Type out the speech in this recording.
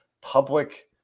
public